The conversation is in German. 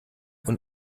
und